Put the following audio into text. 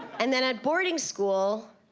and then at boarding school.